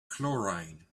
chlorine